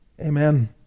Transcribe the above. Amen